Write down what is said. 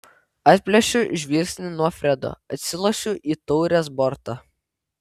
atplėšiu žvilgsnį nuo fredo atsilošiu į taurės bortą